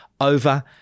over